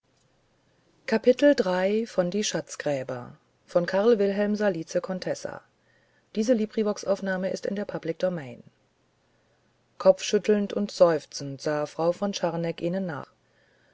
kopfschüttelnd und seufzend sah frau von scharneck ihnen